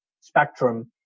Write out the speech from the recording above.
spectrum